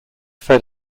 fed